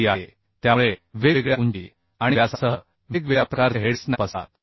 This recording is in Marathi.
7d आहे त्यामुळे वेगवेगळ्या उंची आणि व्यासासह वेगवेगळ्या प्रकारचे हेडस् स्नॅप असतात